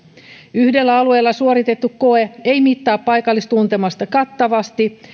yhdellä alueella suoritettu koe ei mittaa paikallistuntemusta kattavasti